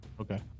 okay